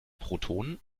protonen